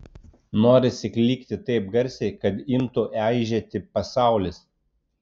norisi klykti taip garsiai kad imtų aižėti pasaulis